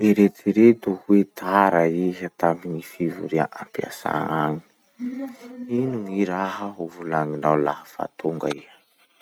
Eritsireto hoe tara iha tamy gny fivoria tampiasà agny. Ino gny raha ho volagninao laha fa tonga iha?